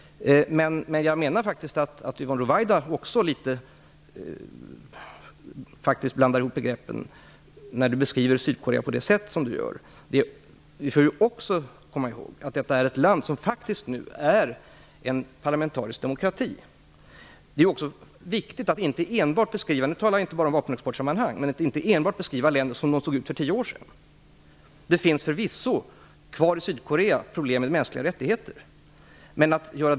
Jag menar vidare att Yvonne Ruwaida blandar ihop begreppen när hon beskriver Sydkorea på det sätt som hon gör. Vi får också komma ihåg att det landet nu faktiskt är en parlamentarisk demokrati. Det är viktigt att inte beskriva länder enbart som de såg ut för tio år sedan. Jag talar nu inte bara från vapenexportsynpunkt. Problemet med bristen på mänskliga rättigheter finns förvisso kvar i Sydkorea.